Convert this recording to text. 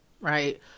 right